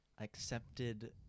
accepted